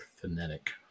phonetic